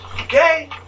Okay